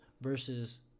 versus